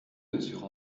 mesure